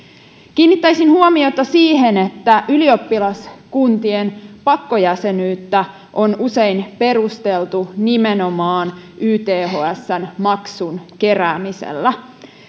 kiinnittäisin huomiota siihen että ylioppilaskuntien pakkojäsenyyttä on usein perusteltu nimenomaan ythsn maksun keräämisellä